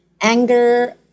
anger